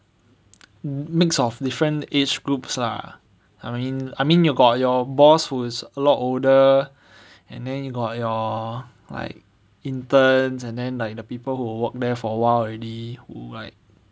mix of different age groups lah I mean I mean you got your boss who's a lot older and then you got your like interns and then like the people who work there for a while already like